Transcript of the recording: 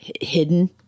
hidden